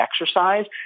exercise